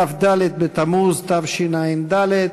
כ"ד בתמוז תשע"ד,